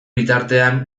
bitartean